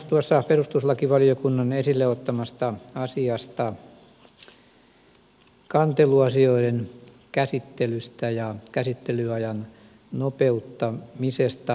totean perustuslakivaliokunnan esille ottamasta asiasta kanteluasioiden käsittelystä ja käsittelyajan nopeuttamisesta